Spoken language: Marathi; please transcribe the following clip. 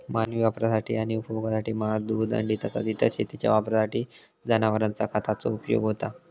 मानवी वापरासाठी आणि उपभोगासाठी मांस, दूध, अंडी तसाच इतर शेतीच्या वापरासाठी जनावरांचा खताचो उपयोग होता